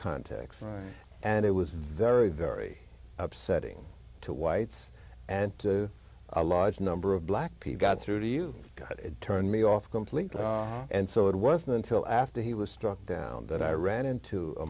context and it was very very upsetting to whites and to a large number of black people got through to you got it turned me off completely and so it wasn't until after he was struck down that i ran into a